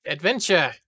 Adventure